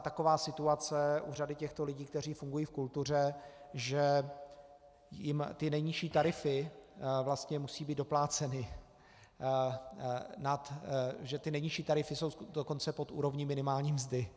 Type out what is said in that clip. Taková je dnes situace u řady těchto lidí, kteří fungují v kultuře, že jim ty nejnižší tarify vlastně musí být dopláceny, že ty nejnižší tarify jsou dokonce pod úrovní minimální mzdy.